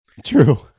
true